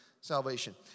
salvation